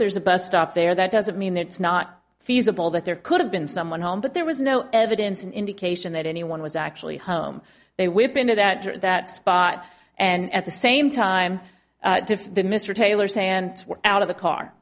there's a bus stop there that doesn't mean that it's not feasible that there could have been someone home but there was no evidence an indication that anyone was actually home they whip into that that spot and at the same time that mr taylor's hands were out of the car